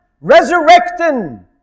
resurrecting